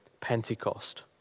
Pentecost